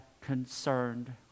concerned